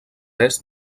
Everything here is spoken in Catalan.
est